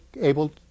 able